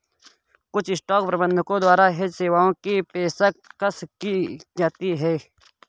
कुछ स्टॉक प्रबंधकों द्वारा हेज सेवाओं की पेशकश की जाती हैं